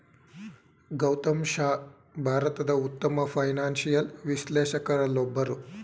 ಗೌತಮ್ ಶಾ ಭಾರತದ ಉತ್ತಮ ಫೈನಾನ್ಸಿಯಲ್ ವಿಶ್ಲೇಷಕರಲ್ಲೊಬ್ಬರು